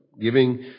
giving